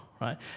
right